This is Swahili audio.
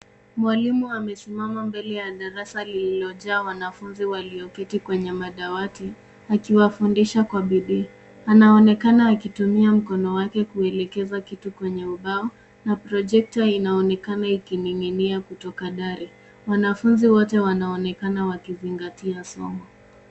Mwalimu amesimama mbele ya darasa liliojaa wanafunzi walioketi kwenye madawati akiwafundisha kwa bidii. Anaonekana akitumia mkono wake kuelekeza kitu kwenye ubao na projekta inaonekana ikining'inia kutoka dari. Wanafunzi wote wanaonekana wakizingatia somo.